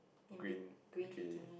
green bikini